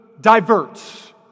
diverts